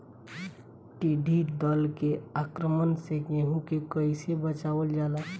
टिडी दल के आक्रमण से गेहूँ के कइसे बचावल जाला?